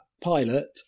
Pilot